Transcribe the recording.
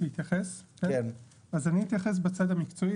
אני אתייחס בצד המקצוע.